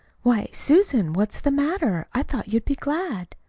why, susan, what's the matter? i thought you'd be glad.